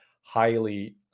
highly